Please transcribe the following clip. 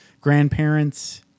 grandparents